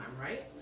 right